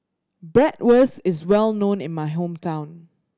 bratwurst is well known in my hometown